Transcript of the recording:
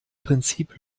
prinzip